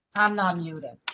i'm not muted.